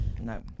No